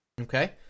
Okay